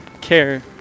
care